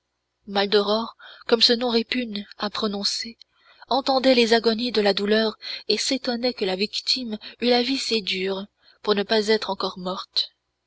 prononcer entendait les agonies de la douleur et s'étonnait que la victime eût la vie si dure pour ne pas être encore morte